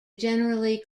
generally